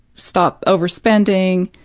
stop overspending,